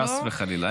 חס וחלילה.